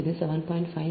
இது 7